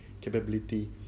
capability